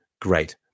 great